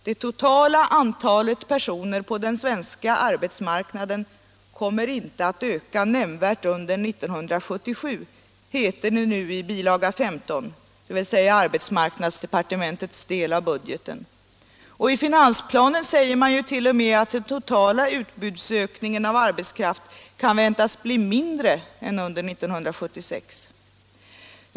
Det totala antalet personer på den svenska arbetsmarknaden kommer inte att öka nämnvärt under år 1977, heter det i bilaga 15, dvs. arbetsmarknadsdepartementets del av budgeten. I finansplanen sägs t.o.m. att den totala utbudsökningen av arbetskraft kan väntas bli mindre än under 1976.